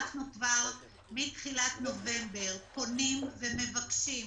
כבר מתחילת נובמבר אנחנו פונים ומבקשים,